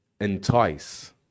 entice